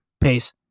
Peace